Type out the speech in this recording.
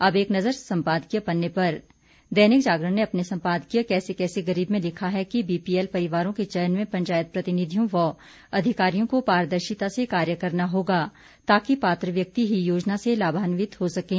अब एक नज़र सम्पादकीय पन्ने पर दैनिक जागरण ने अपने सम्पादकीय कैसे कैसे गरीब में लिखा है कि बीपीएल परिवारों के चयन में पंचायत प्रतिनिधियों व अधिकारियों को पारदर्शिता से कार्य करना होगा ताकि पात्र व्यक्ति ही योजना से लाभांवित हो सकें